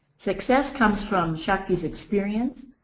success comes from shakti's experience,